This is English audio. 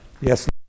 Yes